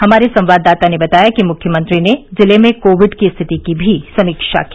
हमारे संवाददाता ने बताया कि मुख्यमंत्री ने जिले में कोविड की स्थिति की भी समीक्षा की